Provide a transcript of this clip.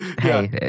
hey